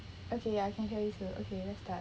okay ya I can hear you too okay let's start